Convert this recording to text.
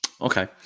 Okay